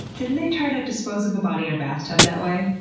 didn't they try to dispose of the body in a bathtub that way?